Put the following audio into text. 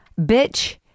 bitch